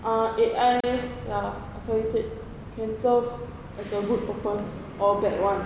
uh A_I like what I said can serve a good purpose or a bad one